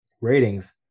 ratings